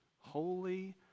holy